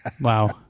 Wow